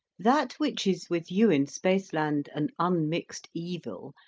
that which is with you in spaceland an unmixed evil,